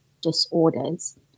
disorders